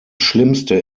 schlimmste